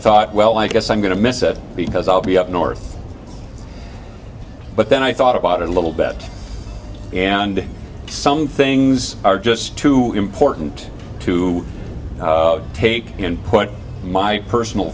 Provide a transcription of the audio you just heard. thought well i guess i'm going to miss it because i'll be up north but then i thought about it a little bit and some things are just too important to take in and put my personal